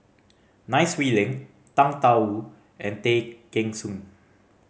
Nai Swee Leng Tang Da Wu and Tay Kheng Soon